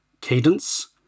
Cadence